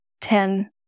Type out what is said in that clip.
ten